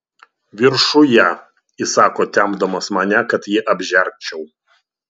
viršuje įsako tempdamas mane kad jį apžergčiau